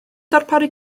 darparu